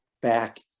back